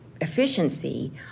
efficiency